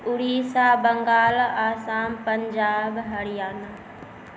Orissa Bengal Assam Punjab Haryana